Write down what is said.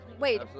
Wait